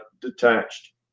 detached